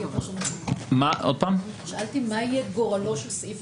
מה יהיה גורלו של...